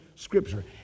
Scripture